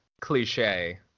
cliche